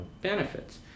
benefits